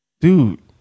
dude